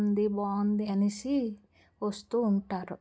బాగుంది అనేసి వస్తూ ఉంటారు